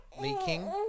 leaking